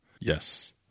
yes